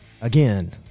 again